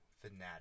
fanatic